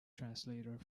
translator